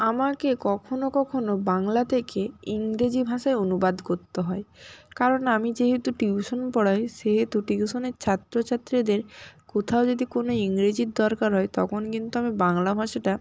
আমাকে কখনো কখনো বাংলা থেকে ইংরেজি ভাষায় অনুবাদ করতে হয় কারণ আমি যেহেতু টিউশন পড়াই সেহেতু টিউশনের ছাত্র ছাত্রীদের কোথাও যদি কোনো ইংরেজির দরকার হয় তখন কিন্তু আমি বাংলা ভাষাটা